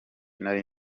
nari